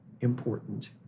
important